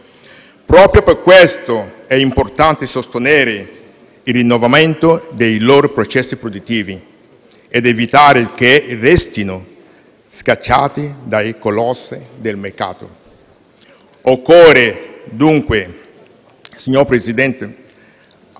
Proprio per questo è importante sostenere il rinnovamento dei loro processi produttivi ed evitare che restino schiacciate dai colossi del mercato.